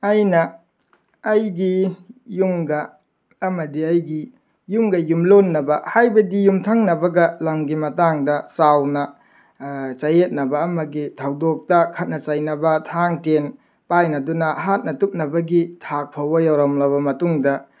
ꯑꯩꯅ ꯑꯩꯒꯤ ꯌꯨꯝꯒ ꯑꯃꯗꯤ ꯑꯩꯒꯤ ꯌꯨꯝꯒ ꯌꯨꯝꯂꯣꯟꯅꯕ ꯍꯥꯏꯕꯗꯤ ꯌꯨꯝꯊꯪꯅꯕꯒ ꯂꯝꯒꯤ ꯃꯇꯥꯡꯗ ꯆꯥꯎꯅ ꯆꯌꯦꯠꯅꯕ ꯑꯃꯒꯤ ꯊꯧꯗꯣꯛꯇ ꯈꯠꯅ ꯆꯩꯅꯕ ꯊꯥꯡ ꯇꯦꯟ ꯄꯥꯏꯅꯗꯨꯅ ꯍꯥꯠꯅ ꯇꯨꯞꯅꯕꯒꯤ ꯊꯥꯛꯐꯥꯎꯕ ꯌꯧꯔꯝꯂꯕ ꯃꯇꯨꯡꯗ